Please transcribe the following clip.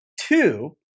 two